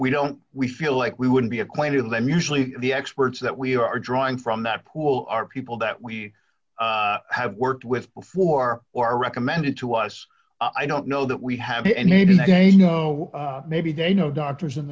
we don't we feel like we would be acquainted with them usually the experts that we are drawing from that pool are people that we have worked with before or recommended to us i don't know that we have anything to gain you know maybe they know doctors in